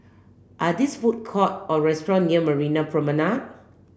are these food court or restaurant near Marina Promenade